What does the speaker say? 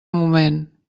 moment